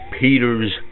Peters